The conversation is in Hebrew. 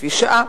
לפי שעה.